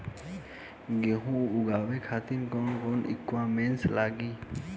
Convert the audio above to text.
गेहूं उगावे खातिर कौन कौन इक्विप्मेंट्स लागी?